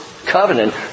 covenant